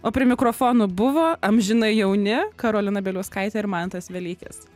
o prie mikrofonų buvo amžinai jauni karolina bieliauskaitė ir mantas velykis